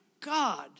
God